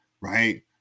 right